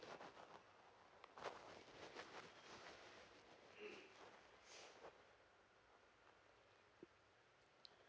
okay